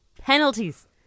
penalties